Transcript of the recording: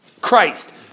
Christ